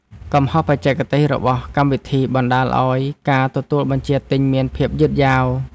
កំហុសបច្ចេកទេសរបស់កម្មវិធី បណ្ដាលឱ្យការទទួលបញ្ជាទិញមានភាពយឺតយ៉ាវ។